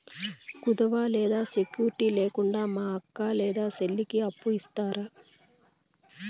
కుదువ లేదా సెక్యూరిటి లేకుండా మా అక్క లేదా చెల్లికి అప్పు ఇస్తారా?